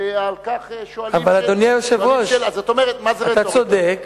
ועל כך שואלים שאלה, זאת אומרת, מה זה רטוריקה.